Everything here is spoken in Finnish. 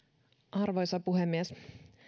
arvoisa puhemies